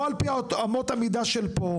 לא על פי אמות המידה של פה,